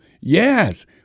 Yes